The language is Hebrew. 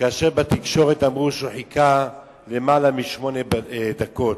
כאשר בתקשורת אמרו שהוא חיכה יותר משמונה דקות.